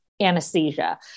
anesthesia